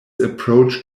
approach